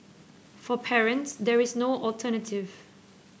for parents there is no alternative